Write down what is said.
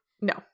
No